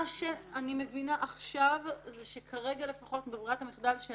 מה שאני מבינה עכשיו זה שכרגע ברירת המחדל היא